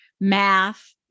math